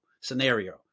scenario